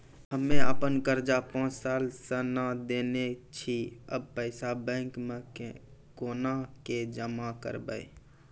हम्मे आपन कर्जा पांच साल से न देने छी अब पैसा बैंक मे कोना के जमा करबै?